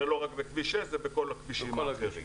זה לא רק בכביש 6, זה בכל הכבישים האחרים.